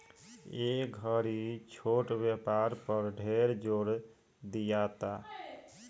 ए घड़ी छोट व्यापार पर ढेर जोर दियाता